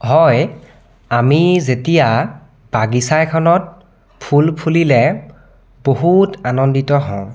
হয় আমি যেতিয়া বাগিছা এখনত ফুল ফুলিলে বহুত আনন্দিত হওঁ